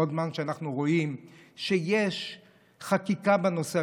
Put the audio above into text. כל זמן שאנחנו רואים שיש חקיקה בנושא,